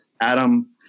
Adam